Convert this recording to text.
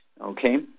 Okay